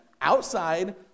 outside